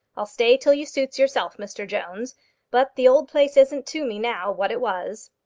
i'll stay till you suits yourself, mr jones but the old place isn't to me now what it was.